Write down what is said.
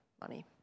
money